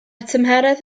tymheredd